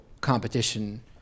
competition